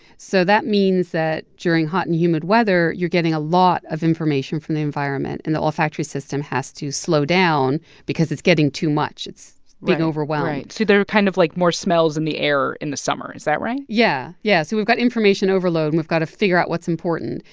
so that means that during hot and humid weather, you're getting a lot of information from the environment, and the olfactory system has to slow down because it's getting too much. it's being like overwhelmed right, right. so there are kind of, like, more smells in the air in the summer is that right? yeah. yeah, so we've got information overload, and we've got to figure out what's important.